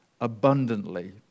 abundantly